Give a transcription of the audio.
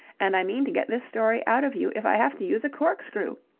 and i mean to get this story out of you if i have to use a corkscrew.